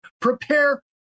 prepare